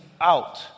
out